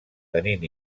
tenint